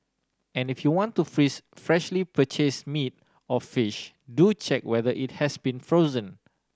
and if you want to freeze freshly purchase meat or fish do check whether it has been frozen